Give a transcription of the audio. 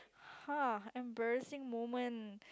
!huh! embarrassing moment